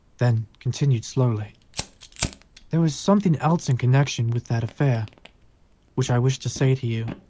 then continued, slowly there was something else in connection with that affair which i wished to say to you,